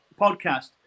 podcast